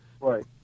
Right